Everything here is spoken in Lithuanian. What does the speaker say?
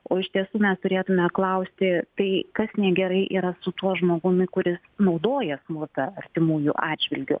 o iš tiesų mes turėtume klausti tai kas negerai yra su tuo žmogumi kuris naudoja smurtą artimųjų atžvilgiu